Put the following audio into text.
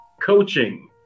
coaching